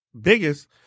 biggest